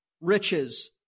riches